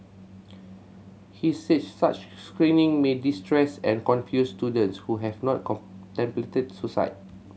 he said such screening may distress and confuse students who have not contemplated suicide